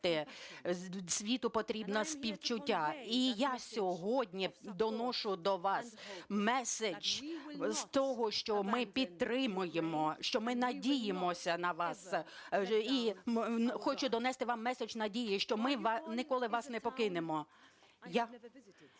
І я сьогодні доношу до вас меседж з того, що ми підтримуємо, що ми надіємося на вас, і хочу донести вам меседж надії, що ми ніколи вас не покинемо.